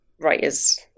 writers